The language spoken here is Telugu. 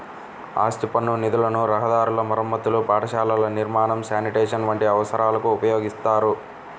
ఆస్తి పన్ను నిధులను రహదారుల మరమ్మతు, పాఠశాలల నిర్మాణం, శానిటేషన్ వంటి అవసరాలకు ఉపయోగిత్తారు